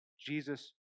Jesus